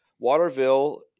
Waterville